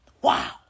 Wow